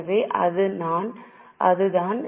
எனவே அது நான் தான்